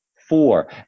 four